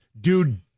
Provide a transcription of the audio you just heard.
Dude